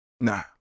Nah